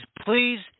please